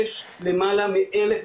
יש למעלה מ-1,000,